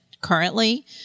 currently